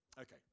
Okay